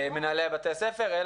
מנהלי בתי הספר בנפרד,